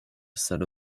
salle